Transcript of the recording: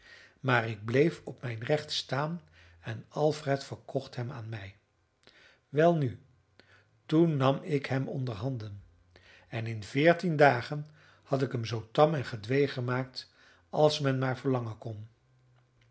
maar ik bleef op mijn recht staan en alfred verkocht hem aan mij welnu toen nam ik hem onderhanden en in veertien dagen had ik hem zoo tam en gedwee gemaakt als men maar verlangen kon